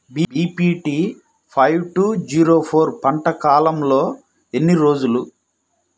BPT five two zero four పంట కాలంలో ఎన్ని రోజులు?